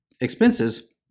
expenses